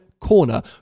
Corner